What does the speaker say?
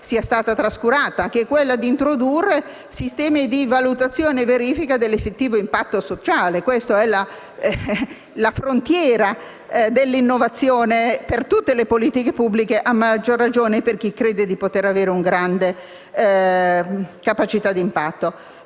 l'abbia trascurata - di sistemi di valutazione e verifica dell'effettivo impatto sociale, che è la frontiera dell'innovazione per tutte le politiche pubbliche e, a maggior ragione, per chi crede di poter avere una grande capacità d'impatto.